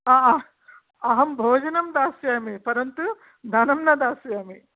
आः अहं भोजनं दास्यामि परन्तु धनं न दास्यामि